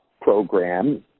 program